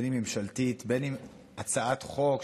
בין שממשלתית ובין שהצעת חוק,